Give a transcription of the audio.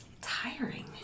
Tiring